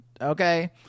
Okay